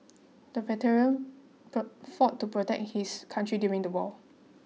the veteran fought to protect his country during the war